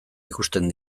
ikusten